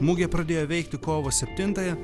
mugė pradėjo veikti kovo septintąją